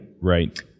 Right